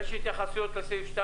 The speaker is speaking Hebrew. יש התייחסויות לסעיף?